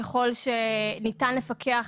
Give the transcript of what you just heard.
ככל שניתן לפקח